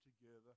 together